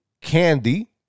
candy